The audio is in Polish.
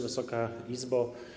Wysoka Izbo!